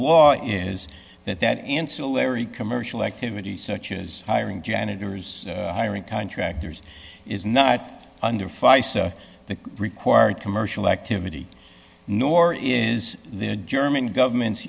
law is that that ancillary commercial activities such as hiring janitors hiring contractors is not under fire that required commercial activity nor is the german government